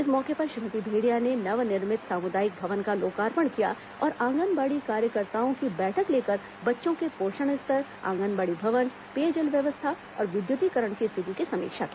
इस मौके पर श्रीमती भेंडिया ने नव निर्मित सामुदायिक भवन का लोकार्पण किया और आंगनबाड़ी कार्यकर्ताओं की बैठक लेकर बच्चों के पोषण स्तर आंगनबाड़ी भवन पेयजल व्यवस्था और विद्युतीकरण की स्थिति की समीक्षा की